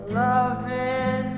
loving